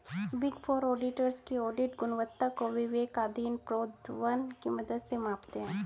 big four auditors audit ऑडिट गुणवत्ता को विवेकाधीन प्रोद्भवन की मदद से मापते हैं